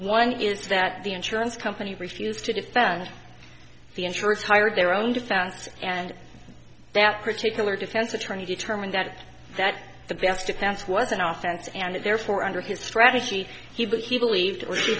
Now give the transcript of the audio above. one is that the insurance company refused to defend the insurers hired their own defense and that particular defense attorney determined that that the best defense was an authentic and therefore under his strategy he because he believed or she